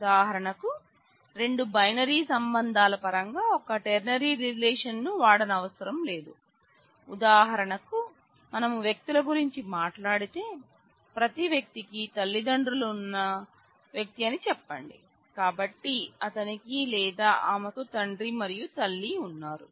ఉదాహరణకు రెండు బైనరీ సంబంధాల పరంగా ఒక టెర్నరీ రిలేషన్ను వాడనవ్సరంలేదు ఉదాహరణకు మేము వ్యక్తుల గురించి మాట్లాడితే ప్రతి వ్యక్తికి తల్లిదండ్రులు ఉన్న వ్యక్తి అని చెప్పండి కాబట్టి అతనికి లేదా ఆమెకు తండ్రి మరియు తల్లి ఉన్నారు